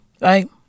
Right